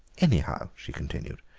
anyhow, she continued,